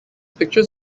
pictures